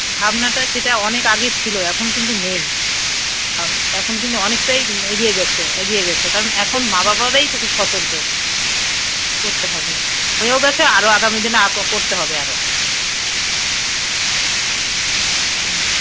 ভাবনাটা সেটা অনেক আগে ছিলো এখন কিন্তু নেই এখন কিন্তু অনেকটাই এগিয়ে গেছে এগিয়ে গেছে কারণ এখন মা বাবারাই তো খুব সতর্ক করতে হবে হয়েও গেছে আরো আগামী দিনে কো করতে হবে আরো